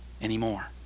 anymore